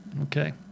Okay